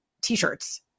t-shirts